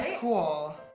cool